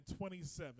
27